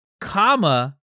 comma